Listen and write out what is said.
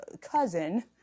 cousin